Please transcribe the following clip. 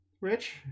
Rich